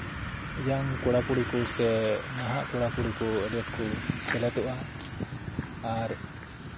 ᱤᱭᱟᱝ ᱠᱚᱲᱟ ᱠᱩᱲᱤ ᱠᱚ ᱥᱮ ᱱᱟᱦᱟᱜ ᱠᱚᱲᱟ ᱠᱩᱲᱤ ᱠᱚ ᱟᱹᱰᱤ ᱟᱸᱴ ᱠᱚ ᱥᱮᱞᱮᱫᱚᱜᱼᱟ ᱟᱨ